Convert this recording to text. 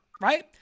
right